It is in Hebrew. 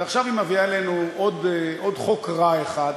ועכשיו היא מביאה אלינו עוד חוק רע אחד,